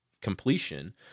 completion